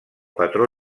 patró